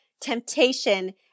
temptation